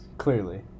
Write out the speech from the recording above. Clearly